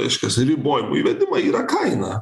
reiškias ribojimų įvedimą yra kaina